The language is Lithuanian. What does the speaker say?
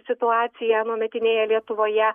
situaciją anuometinėje lietuvoje